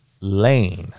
lane